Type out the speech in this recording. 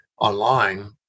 online